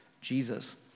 Jesus